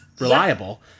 reliable